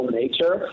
nature